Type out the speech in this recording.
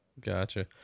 Gotcha